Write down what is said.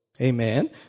Amen